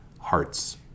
hearts